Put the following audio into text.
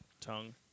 tongue